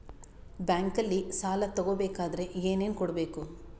ಬ್ಯಾಂಕಲ್ಲಿ ಸಾಲ ತಗೋ ಬೇಕಾದರೆ ಏನೇನು ಕೊಡಬೇಕು?